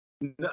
No